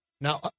now